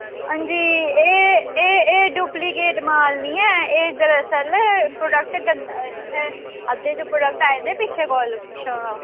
हां जी एह् एह् एह् डुप्लीकेट माल नी ऐ एह् दरअसल प्रोडक्ट गंद इत्थें अद्धे अद्धे प्रोडक्ट आए दे पिच्छें क पिच्छें तां